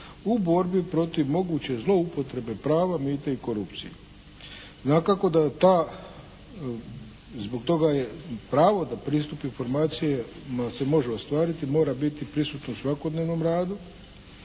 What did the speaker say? u borbi protiv moguće zloupotrebe prava, mita i korupcije. Dakako da ta, zbog toga je pravo da pristup informacijama se može ostvariti, mora biti prisutno u svakodnevnom radu